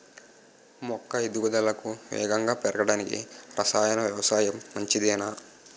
మొక్క ఎదుగుదలకు వేగంగా పెరగడానికి, రసాయన వ్యవసాయం మంచిదేనా?